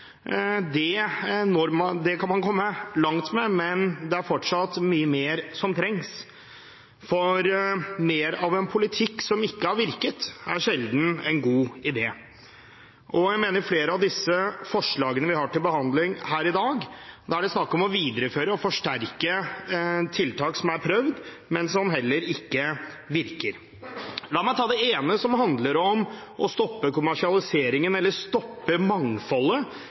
men det er fortsatt mye mer som trengs. For mer av en politikk som ikke har virket, er sjelden en god idé. Jeg mener at i flere av disse forslagene vi har til behandling her i dag, er det snakk om å videreføre og forsterke tiltak som er prøvd, men som heller ikke virker. La meg ta det ene, som handler om å stoppe kommersialiseringen, eller stoppe mangfoldet